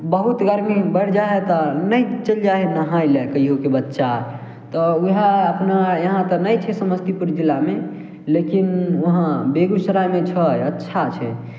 बहुत गरमी बढ़ि जाइ हइ तऽ नहि चलि जाइ हइ नहाय लऽ कहियौ की बच्चा तऽ वएह अपना यहाँ तऽ नहि छै समस्तीपुर जिलामे लेकिन वहाँ बेगूसरायमे छै अच्छाछै